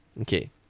Okay